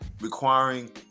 requiring